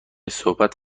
صحبت